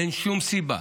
אין שום סיבה